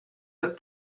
but